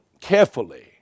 carefully